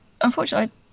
unfortunately